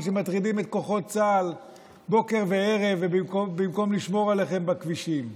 שמטרידים את כוחות צה"ל בוקר וערב במקום לשמור עליהם בכבישים,